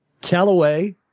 Callaway